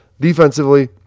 defensively